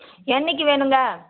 என்றைக்கி வேணுங்க